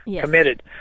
committed